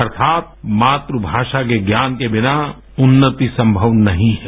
अर्थात मातृभाषा के ज्ञान के बिना उन्नति संभव नहीं है